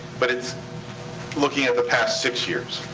but it's looking at the past six years.